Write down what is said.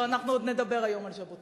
לא, אנחנו עוד נדבר היום על ז'בוטינסקי.